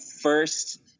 first